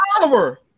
Oliver